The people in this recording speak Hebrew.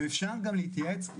ואפשר גם להתייעץ,